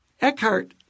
Eckhart